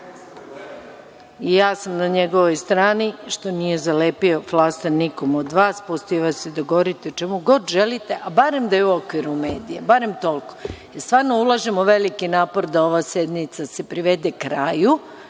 vas. Ja sam na njegovoj strani, što nije zalepio flaster nikom od vas, pustio vas je da govorite o čemu god želite, a barem da je u okviru medija, barem toliko. Stvarno ulažemo veliki napor da ova sednica se privede kraju,